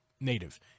native